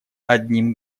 одним